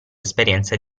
esperienza